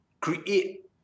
create